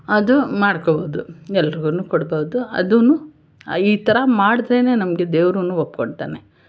ಅದು ಮಾಡ್ಕೊಬೋದು ಎಲ್ರುಗೂ ಕೊಡ್ಬೋದು ಅದು ಈ ಥರ ಮಾಡ್ದ್ರೇ ನಮಗೆ ದೇವ್ರೂ ಒಪ್ಕೊತಾನೆ